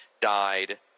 died